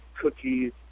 cookies